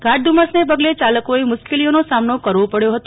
ગાઢ ધુમ્મસને પગલે ચાલકોએ મુશ્કેલીઓનો સામનો કરવો પડ્યો ફતો